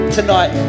tonight